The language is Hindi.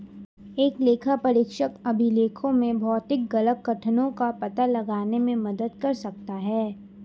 एक लेखापरीक्षक अभिलेखों में भौतिक गलत कथनों का पता लगाने में मदद कर सकता है